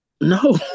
No